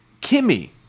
Kimmy